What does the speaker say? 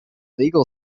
legal